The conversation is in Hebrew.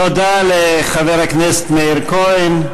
תודה לחבר הכנסת מאיר כהן.